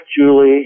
Julie